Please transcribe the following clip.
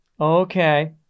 Okay